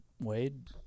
Wade